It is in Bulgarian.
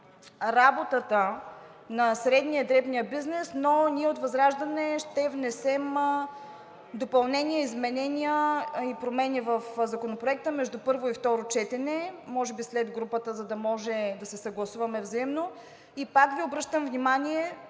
работата на средния и дребния бизнес, но ние от ВЪЗРАЖДАНЕ ще внесем допълнения, изменения и промени в Законопроекта между първо и второ четене, може би след групата, за да може да се съгласуваме взаимно. Пак Ви обръщам внимание